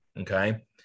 okay